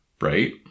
right